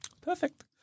Perfect